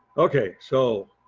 okay so